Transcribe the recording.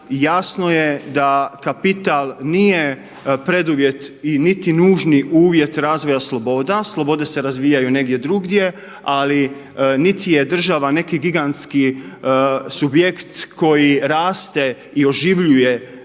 jasno je da kapital nije preduvjet i niti nužni uvjet razvoja sloboda, slobode se razvijaju negdje drugdje ali niti je država neki gigantski subjekt koji raste i oživljuje